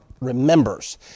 remembers